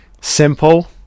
Simple